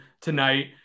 tonight